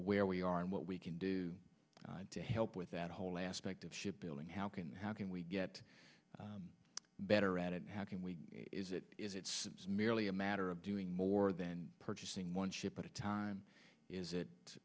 where we are and what we can do to help with that whole aspect of ship building how can how can we get better at it how can we is it is it's merely a matter of doing more than purchasing one ship at a time is it